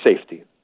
safety